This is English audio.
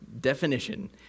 definition